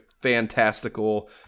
fantastical